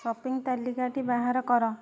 shopping ତାଲିକାଟି ବାହାର କର